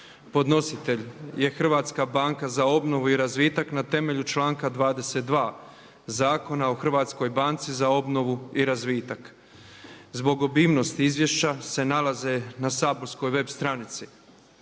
Podnositelj je Hrvatska banka za obnovu i razvitak na temelju članka 22. Zakona o Hrvatskoj banci za obnovu i razvitak. Zbog obimnosti izvješća se nalaze na saborskoj web stranici,